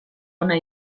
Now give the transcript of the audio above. ona